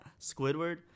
Squidward